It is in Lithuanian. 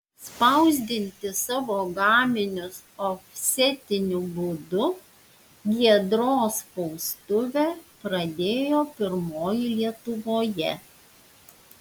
spausdinti savo gaminius ofsetiniu būdu giedros spaustuvė pradėjo pirmoji lietuvoje